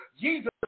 Jesus